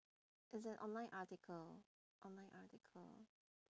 there's an online article online article